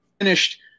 finished